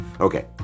Okay